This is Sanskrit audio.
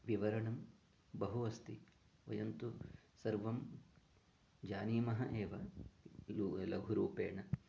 विवरणं बहु अस्ति वयं तु सर्वं जानीमः एव लघुरूपेण